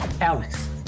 Alex